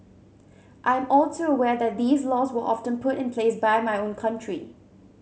I'm all too aware that these laws were often put in place by my own country